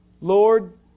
Lord